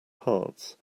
parts